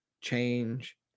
change